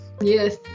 Yes